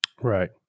Right